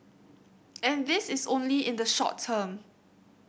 and this is only in the short term